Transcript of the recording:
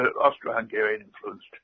Austro-Hungarian-influenced